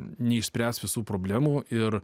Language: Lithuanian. neišspręs visų problemų ir